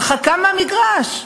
הרחקה מהמגרש,